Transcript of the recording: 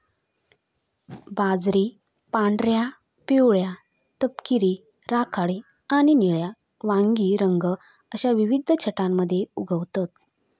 बाजरी पांढऱ्या, पिवळ्या, तपकिरी, राखाडी आणि निळ्या वांगी रंग अश्या विविध छटांमध्ये उगवतत